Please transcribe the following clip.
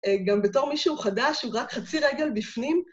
אה, גם בתור מישהו חדש, הוא רק חצי רגל בפנים,